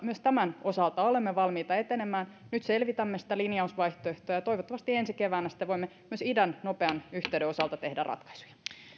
myös tämän osalta olemme valmiita etenemään nyt selvitämme sitä linjausvaihtoehtoa ja toivottavasti ensi keväänä sitten voimme myös idän nopean yhteyden osalta tehdä ratkaisuja